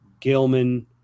gilman